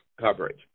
coverage